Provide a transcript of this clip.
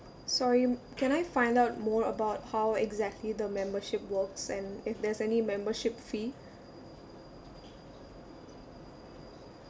sorry can I find out more about how exactly the membership works and if there's any membership fee